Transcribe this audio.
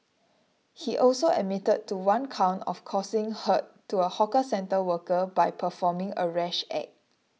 he also admitted to one count of causing hurt to a hawker centre worker by performing a rash act